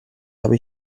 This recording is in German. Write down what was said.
habe